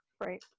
Right